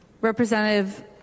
Representative